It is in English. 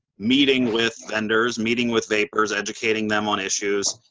meeting with vendors, meeting with vapers, educating them on issues.